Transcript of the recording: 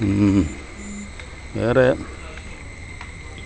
വേറെ